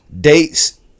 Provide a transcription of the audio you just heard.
Dates